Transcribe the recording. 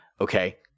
okay